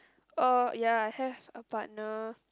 oh ya I have a partner